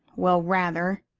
well, rather!